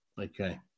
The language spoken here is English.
Okay